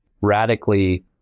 radically